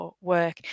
work